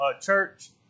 church